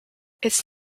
its